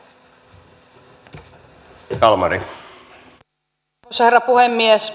arvoisa herra puhemies